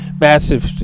massive